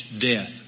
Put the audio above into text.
death